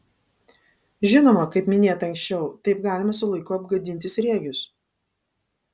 žinoma kaip minėta anksčiau taip galima su laiku apgadinti sriegius